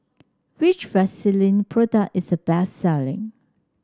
which Vagisil product is the best selling